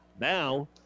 Now